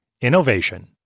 innovation